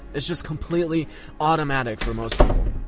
it's just completely automatic for most people.